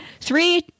three